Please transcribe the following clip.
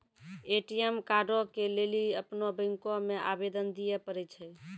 ATM कार्डो के लेली अपनो बैंको मे आवेदन दिये पड़ै छै